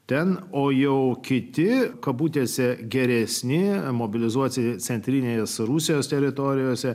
ten o jau kiti kabutėse geresni mobilizuoti centrinės rusijos teritorijose